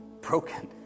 broken